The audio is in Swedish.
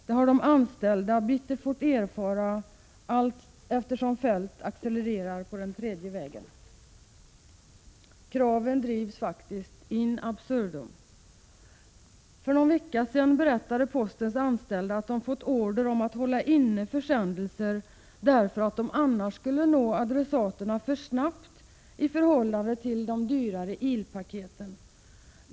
Det har de anställda bittert fått erfara allteftersom Feldt accelererar på den tredje vägen. Kraven drivs faktiskt in absurdum. För någon vecka sedan berättade postens anställda att de fått order om att hålla inne försändelser därför att de annars skulle nå adressaterna för snabbt i förhållande till de dyrare ilpaketen.